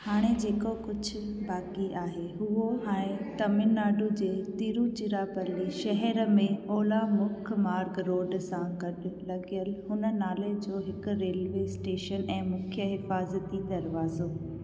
हाणे जेको कुझु बाक़ी आहे उहो आहे तमिलनाडु जे तिरुचिरापल्ली शहर में ओलह मुख्यमार्ग रोड सां गडु॒ लगि॒यलु हुन नाले जो हिकु रेलवे इस्टेशन ऐं मुख्य हिफ़ाज़ती दरवाज़ो